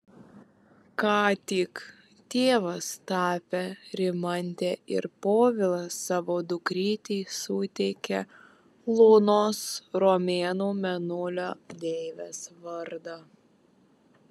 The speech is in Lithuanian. ką tik tėvas tapę rimantė ir povilas savo dukrytei suteikė lunos romėnų mėnulio deivės vardą